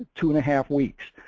two and a half weeks.